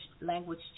language